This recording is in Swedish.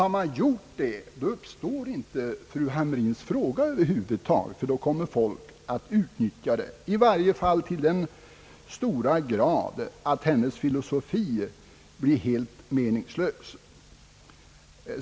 Har man gjort klart detta, då uppstår inte fru Hamrin-Thorells fråga över huvud taget. Folk kommer då att utnyttja möjligheten till ledighet i så hög grad att hennes filosofi blir helt meningslös.